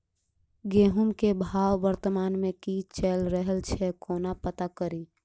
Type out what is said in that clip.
गेंहूँ केँ भाव वर्तमान मे की चैल रहल छै कोना पत्ता कड़ी?